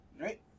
Right